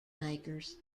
makers